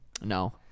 No